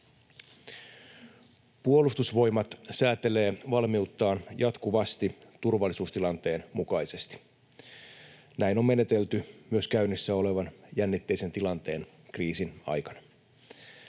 Puolustusvoimat säätelee valmiuttaan jatkuvasti turvallisuustilanteen mukaisesti. Näin on menetelty myös käynnissä olevan jännitteisen tilanteen, kriisin, aikana.